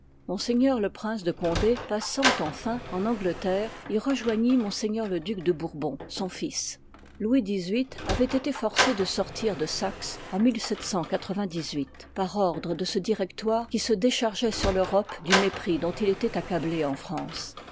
m le prince de condé passant enfin en angleterre y rejoignit ms le duc de bourbon son fils loi louis xviii avoit été forcé de sortir de i part saxe en par ordre de ce directoire iiv lli qui se déchargeoit sur l'europe du mépris dont il étoit accablé en france